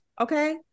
okay